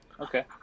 Okay